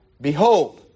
Behold